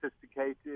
sophisticated